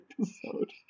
episode